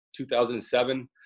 2007